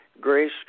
Grace